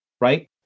right